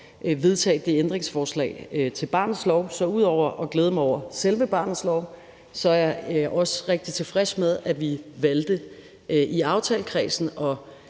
vedtage det ændringsforslag til barnets lov. Så ud over at glæde mig over selve barnets lov er jeg også rigtig tilfreds med, at vi i aftalekredsen